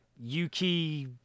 Yuki